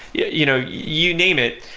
yeah you know you name it.